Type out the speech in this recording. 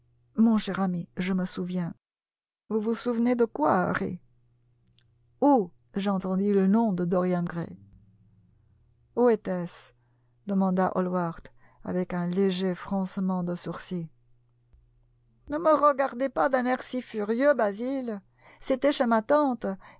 mon cher ami je me souviens vous vous souvenez de quoi harry où j'entendis le nom de dorian gray où était-ce p demanda hallward avec un léger froncement de sourcils ne me regardez pas d'un air si furieux basil c'était chez ma tante